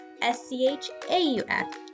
S-C-H-A-U-F